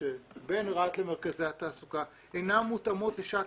בין רהט למרכזי התעסוקה אינם מותאמות לשעת